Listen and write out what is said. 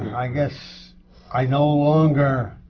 i guess i no longer